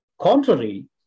contrary